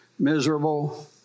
Miserable